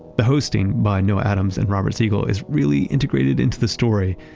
the hosting by noah adams and robert siegel is really integrated into the story,